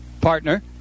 partner